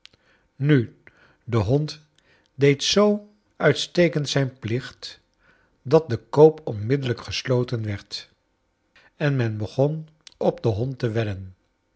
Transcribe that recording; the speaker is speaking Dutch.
nu de hond deed zoo kleine dokrit uitstekend zijn plicht dat de koop onmiddellijk gesloten werd en men begon op den hond te wedden